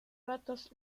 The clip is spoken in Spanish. ratos